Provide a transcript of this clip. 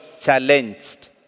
challenged